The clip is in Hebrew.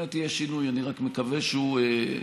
באמת יהיה שינוי, אני רק מקווה שהוא רחוק,